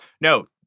No